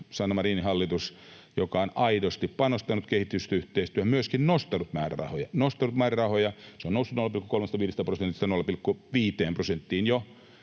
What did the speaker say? Sanna Marinin hallitus, joka on aidosti panostanut kehitysyhteistyöhön, myöskin nostanut määrärahoja — nostanut määrärahoja, taso on noussut 0,35 prosentista jo 0,5 prosenttiin.